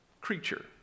creature